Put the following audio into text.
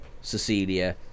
cecilia